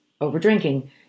over-drinking